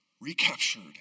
Recaptured